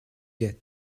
get